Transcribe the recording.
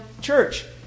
church